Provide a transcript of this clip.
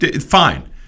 fine